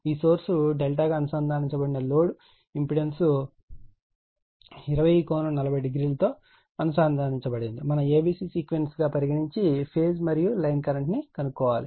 ఈ సోర్స్ ∆ గా అనుసంధానించబడిన లోడ్ ఇంపెడెన్స్ 20∠400 తో అనుసంధానించబడి ఉంది మనం a b c సీక్వెన్స్ గా పరిగణించి ఫేజ్ మరియు లైన్ కరెంట్ను కనుగొనాలి